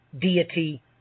deity